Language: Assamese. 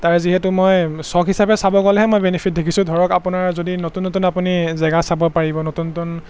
তাৰে যিহেতু মই চখ হিচাপে চাব গ'লেহে মই বেনিফিট দেখিছোঁ ধৰক আপোনাৰ যদি নতুন নতুন আপুনি জেগা চাব পাৰিব নতুন নতুন